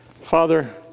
Father